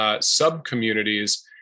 sub-communities